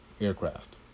aircraft